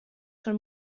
són